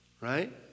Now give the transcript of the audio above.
Right